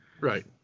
Right